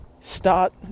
start